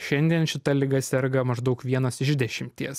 šiandien šita liga serga maždaug vienas iš dešimties